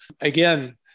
again